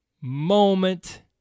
moment